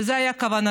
וזאת הייתה כוונתי,